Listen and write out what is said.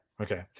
Okay